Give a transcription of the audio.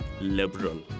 liberal